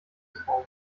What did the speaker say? traum